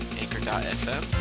anchor.fm